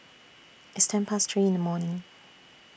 its ten Past three in The morning